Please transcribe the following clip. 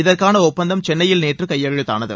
இதற்கான ஒப்பந்தம் சென்னையில் நேற்று கையெழுத்தானது